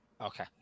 Okay